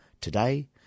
Today